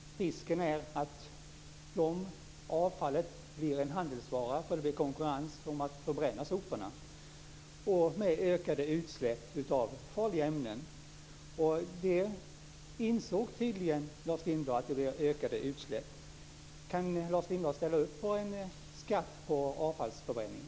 Risken är att avfallet blir en handelsvara därför att det blir konkurrens om att förbränna soporna med ökade utsläpp av farliga ämnen som följd. Lars Lindblad inser tydligen att det blir ökade utsläpp. Kan Lars Lindblad ställa upp på en skatt på avfallsförbränning?